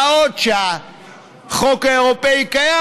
מה עוד שהחוק האירופי קיים,